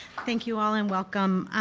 thank you all and welcome.